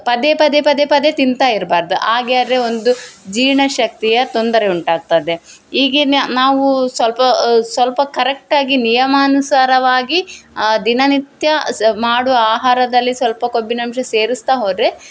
ಪದೆ ಪದೆ ಪದೆ ಪದೆ ತಿಂತ ಇರ್ಬಾರ್ದು ಹಾಗ್ಯಾದ್ರೆ ಒಂದು ಜೀರ್ಣಶಕ್ತಿಯ ತೊಂದರೆ ಉಂಟಾಗ್ತದೆ ಈಗಿನ್ನು ನಾವು ಸ್ವಲ್ಪ ಸ್ವಲ್ಪ ಕರೆಕ್ಟ್ ಆಗಿ ನಿಯಮಾನುಸಾರವಾಗಿ ದಿನನಿತ್ಯ ಸಹ ಮಾಡುವ ಆಹಾರದಲ್ಲಿ ಸ್ವಲ್ಪ ಕೊಬ್ಬಿನಾಂಶ ಸೇರಿಸ್ತಾ ಹೋದ್ರೆ